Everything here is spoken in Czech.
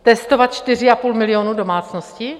Testovat 4,5 milionu domácností?